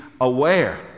aware